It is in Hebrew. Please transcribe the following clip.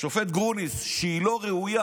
השופט גרוניס, אמר שהיא לא ראויה.